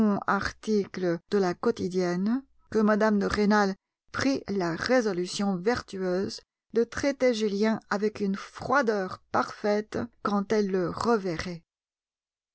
article de la quotidienne que mme de rênal prit la résolution vertueuse de traiter julien avec une froideur parfaite quand elle le reverrait